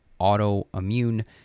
autoimmune